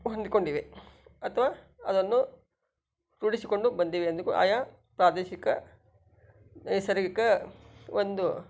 ಹೊಂದಿಕೊಂಡಿವೆ ಅಥವಾ ಅದನ್ನು ರೂಢಿಸಿಕೊಂಡು ಬಂದಿವೆ ಎಂದು ಕು ಆಯಾ ಪ್ರಾದೇಶಿಕ ನೈಸರ್ಗಿಕ ಒಂದು